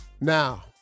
Now